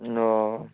ও